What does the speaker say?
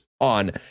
on